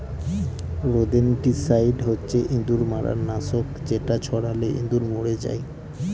rodenticide হচ্ছে ইঁদুর মারার নাশক যেটা ছড়ালে ইঁদুর মরে যায়